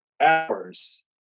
hours